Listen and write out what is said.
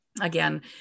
again